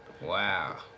wow